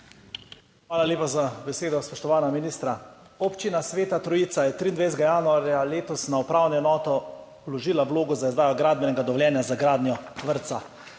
Hvala lepa za besedo. Spoštovana ministra! Občina Sveta Trojica je 23. januarja letos na upravno enoto vložila vlogo za izdajo gradbenega dovoljenja za gradnjo vrtca.